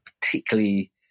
particularly